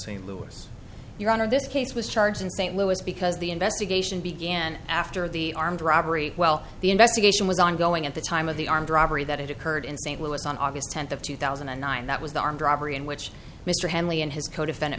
st louis your honor this case was charged in st louis because the investigation began after the armed robbery well the investigation was ongoing at the time of the armed robbery that occurred in st louis on august tenth of two thousand and nine that was the armed robbery in which mr hanley and his codefendant